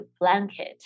blanket